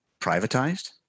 privatized